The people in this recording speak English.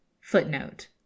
Footnote